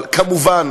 אבל מובן